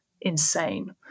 insane